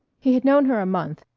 he had known her a month,